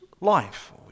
life